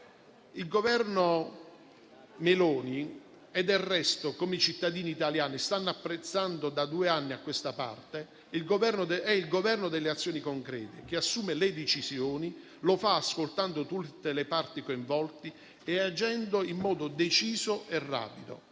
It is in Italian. Il Governo Meloni, come i cittadini italiani stanno apprezzando da due anni a questa parte, è il Governo delle azioni concrete, che assume le decisioni e lo fa ascoltando tutte le parti coinvolte, agendo in modo deciso e rapido.